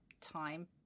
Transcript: time